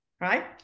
Right